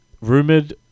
rumored